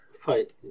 fight